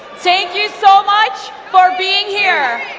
thank you so much for being here.